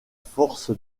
force